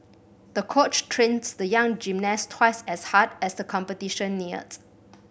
the coach trained the young gymnast twice as hard as the competition neared